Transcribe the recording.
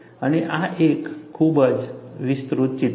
અને આ એક ખૂબ જ વિસ્તૃત ચિત્ર છે